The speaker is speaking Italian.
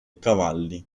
cavalli